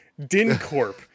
Dincorp